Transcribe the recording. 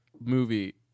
movie